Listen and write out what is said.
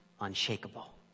unshakable